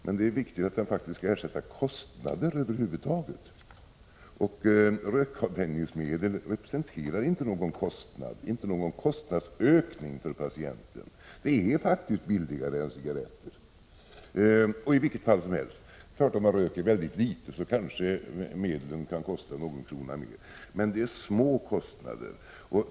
Men det är viktigt att den faktiskt skall ersätta kostnader över huvud taget, och rökavvänjningsmedel representerar inte någon kostnadsökning för patienten. Det är faktiskt billigare med sådana medel än med cigarretter. Om man röker väldigt litet kan medlen naturligtvis kosta någon krona mer, men det är fråga om små kostnader.